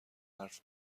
حرف